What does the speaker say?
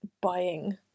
buying